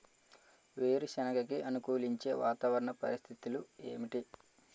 వేరుసెనగ కి అనుకూలించే వాతావరణ పరిస్థితులు ఏమిటి?